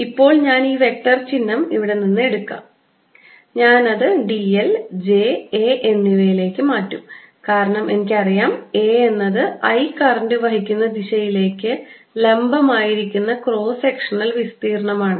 ഇപ്പോൾ ഞാൻ ഈ വെക്റ്റർ ചിഹ്നം ഇവിടെ നിന്ന് എടുക്കാൻ പോകുന്നു ഞാൻ അത് dl j a എന്നിവയിലേക്ക് മാറ്റും കാരണം എനിക്കറിയാം A എന്നത് I കറൻറ് വഹിക്കുന്ന ദിശയിലേക്ക് ലംബമായിരിക്കുന്ന ക്രോസ് സെക്ഷണൽ വിസ്തീർണ്ണം ആണെന്ന്